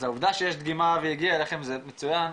אז העובדה שיש דגימה והיא הגיעה אליכם זה מצוין,